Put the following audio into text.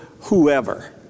whoever